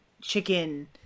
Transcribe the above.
chicken